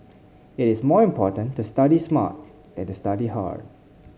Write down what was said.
it is more important to study smart than to study hard